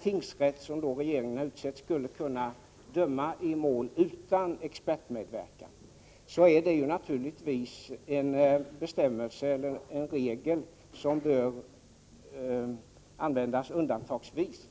tingsrätt som regeringen utsett skulle kunna döma utan expertmedverkan i mål. Det är naturligtvis en regel som bör användas endast undantagsvis.